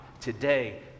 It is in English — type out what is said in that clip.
today